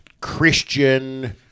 Christian